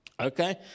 Okay